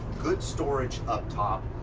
good storage up top.